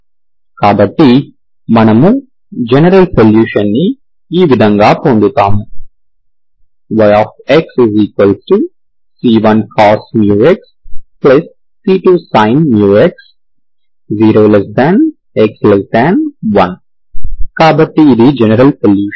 కాబట్టి మనము general solution ని ఈ విధంగా పొందుతాము yxc1 cos μxc2 sin μx 0x1 కాబట్టి ఇది జనరల్ సొల్యూషన్